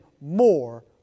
more